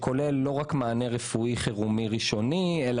זה כולל לא רק מענה ראשוני בשעת חירום,